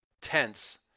tense